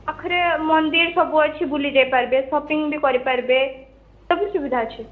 ପାଖରେ ମନ୍ଦିର ସବୁ ଅଛି ବୁଲି ଯାଇପାରିବେ ସପିଂ ବି କରିପାରିବେ ସବୁ ସୁବିଧା ଅଛି